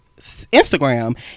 Instagram